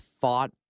thought